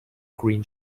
green